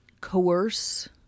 coerce